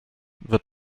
wird